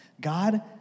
God